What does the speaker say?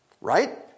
Right